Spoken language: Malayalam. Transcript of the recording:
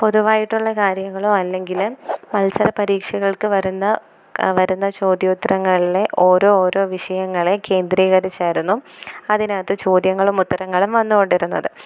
പൊതുവായിട്ടുള്ള കാര്യങ്ങളോ അല്ലെങ്കിൽ മത്സരപരീക്ഷകൾക്ക് വരുന്ന വരുന്ന ചോദ്യോത്തരങ്ങളെ ഓരോ ഓരോ വിഷയങ്ങളെ കേന്ദ്രീകരിച്ചായിരുന്നു അതിനകത്ത് ചോദ്യങ്ങളും ഉത്തരങ്ങളും വന്നുകൊണ്ടിരുന്നത്